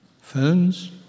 phones